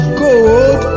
gold